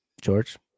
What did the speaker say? George